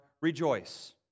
rejoice